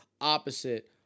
opposite